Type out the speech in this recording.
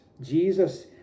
Jesus